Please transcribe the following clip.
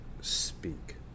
speak